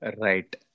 Right